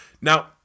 now